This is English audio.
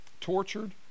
tortured